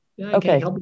okay